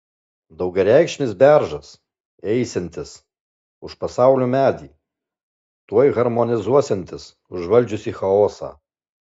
daugiareikšmis beržas eisiantis už pasaulio medį tuoj harmonizuosiantis užvaldžiusį chaosą